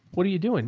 what are you doing?